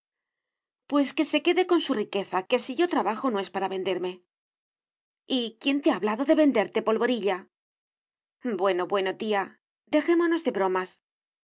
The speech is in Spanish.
pues que se quede con su riqueza que si yo trabajo no es para venderme y quién te ha hablado de venderte polvorilla bueno bueno tía dejémonos de bromas